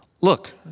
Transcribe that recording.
Look